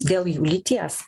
dėl jų lyties